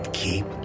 keep